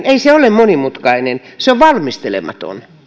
ei se ole monimutkainen se on valmistelematon